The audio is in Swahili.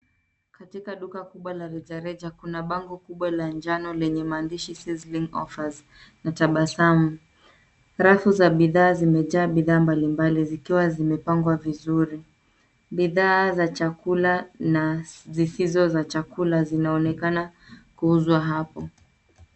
Katika kduka kubwa la rejareja, kuna bango kubwa la njano lenye maandishi Sizzling offers , na tabasamu. Rafu za bidhaa zimejaa bidhaa mbalimbali zikiwa zimepangwa vizuri. Bidhaa za chakula, na zisizo za chakula, zinaonekana kuuzwa hapo.